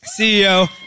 CEO